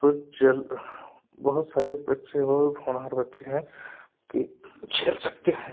तो बहुत सारे बच्चे हो होनहार बच्चे हैं कि खेल सकते हैं